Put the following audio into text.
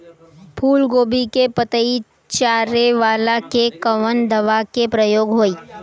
फूलगोभी के पतई चारे वाला पे कवन दवा के प्रयोग होई?